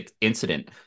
incident